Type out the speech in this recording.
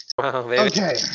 Okay